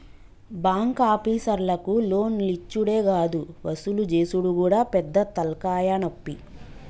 బాంకాపీసర్లకు లోన్లిచ్చుడే గాదు వసూలు జేసుడు గూడా పెద్ద తల్కాయనొప్పి